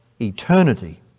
eternity